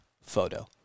photo